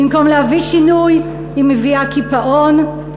במקום להביא שינוי היא מביאה קיפאון,